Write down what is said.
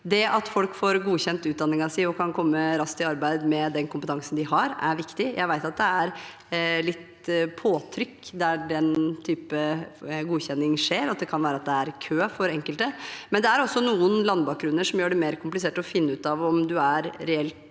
Det at folk får godkjent utdanningen sin og kan komme raskt i arbeid med den kompetansen de har, er viktig. Jeg vet at det er litt påtrykk der den typen godkjenning skjer, og at det kan være det er kø for enkelte, men det er noen landbakgrunner som gjør det mer komplisert å finne ut av om man er reelt